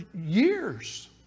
years